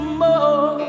more